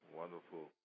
wonderful